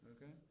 Okay